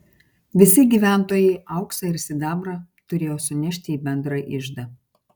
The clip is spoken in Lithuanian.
visi gyventojai auksą ir sidabrą turėjo sunešti į bendrą iždą